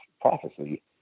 prophecy